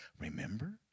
Remember